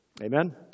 Amen